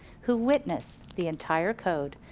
who witnessed the entire code,